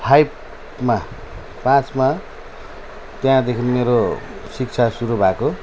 फाइभमा पाँचमा त्यहाँदेखि मेरो शिक्षा सुरु भएको